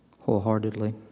wholeheartedly